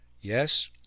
Yes